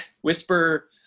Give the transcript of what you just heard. whisper